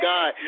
God